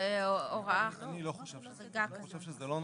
אני חושב שזה לא נכון.